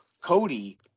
Cody